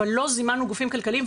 אך לא זימנו גופים כלכליים,